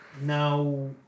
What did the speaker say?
now